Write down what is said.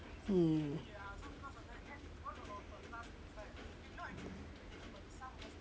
mm